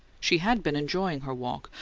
she had been enjoying her walk,